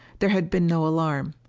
there had been no alarm.